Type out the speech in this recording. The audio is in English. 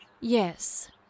Yes